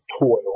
toil